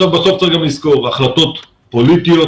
בסוף צריך גם לזכור שהחלטות פוליטיות